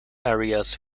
areas